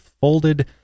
folded